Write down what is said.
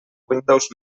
windows